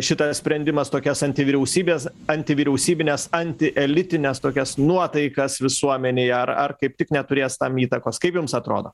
šitas sprendimas tokias antivyriausybės antivyriausybines anti elitines tokias nuotaikas visuomenėj ar ar kaip tik neturės tam įtakos kaip jums atrodo